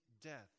death